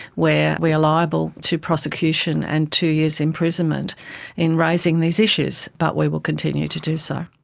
where we are liable to prosecution and two years imprisonment in raising these issues. but we will continue to do so.